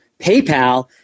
PayPal